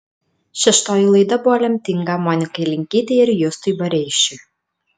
šeštoji laida buvo lemtinga monikai linkytei ir justui bareišiui